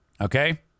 Okay